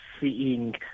seeing